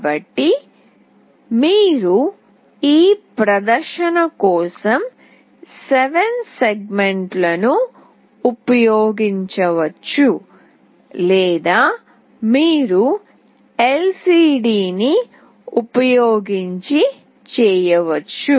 కాబట్టి మీరు మీ ప్రదర్శన కోసం 7 సెగ్మెంట్లను ఉపయోగించవచ్చు లేదా మీరు ఎల్సిడిని ఉపయోగించి చేయవచ్చు